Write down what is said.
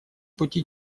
пути